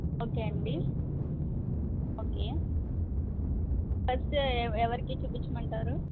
okay అండి okay first ఎ ఎవరికి చూపిచ్చమంటారు